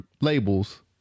labels